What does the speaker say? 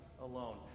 alone